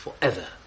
forever